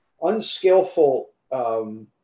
Unskillful